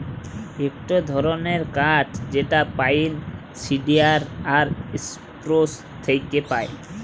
ইকটো ধরণের কাঠ যেটা পাইন, সিডার আর সপ্রুস থেক্যে পায়